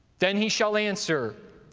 then he shall answer,